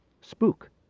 spook